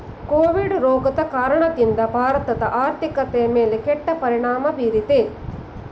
Covid ರೋಗದ ಕಾರಣದಿಂದ ಭಾರತದ ಆರ್ಥಿಕತೆಯ ಮೇಲೆ ಕೆಟ್ಟ ಪರಿಣಾಮ ಬೀರಿದೆ